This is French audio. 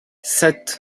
sept